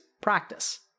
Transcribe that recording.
practice